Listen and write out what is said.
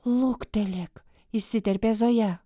luktelėk įsiterpė zoja